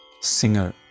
singer